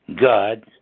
God